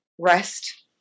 rest